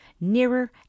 Nearer